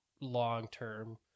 long-term